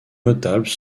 notables